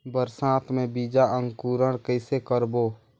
बरसात मे बीजा अंकुरण कइसे करबो?